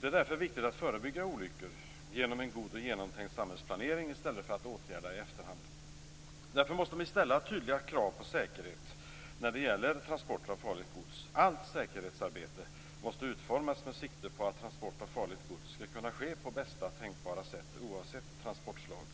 Det är därför viktigt att förebygga olyckor genom en god och genomtänkt samhällsplanering i stället för att åtgärda i efterhand. Därför måste vi ställa tydliga krav på säkerhet när det gäller transporter av farligt gods. Allt säkerhetsarbete måste utformas med sikte på att transport av farligt gods skall kunna ske på bästa tänkbara sätt, oavsett transportslag.